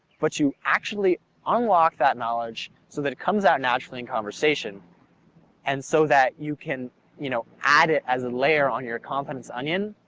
but you actually unlock that knowledge so that it comes out naturally in conversation and so that you can you know add it as a layer on your confidence onion,